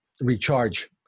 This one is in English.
recharge